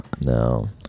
No